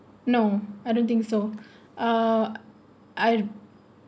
no I don't think so uh I've